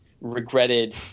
regretted